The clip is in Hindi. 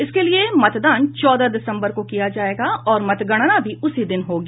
इसके लिए मतदान चौदह दिसम्बर को किया जायेगा और मतगणना भी उसी दिन होगी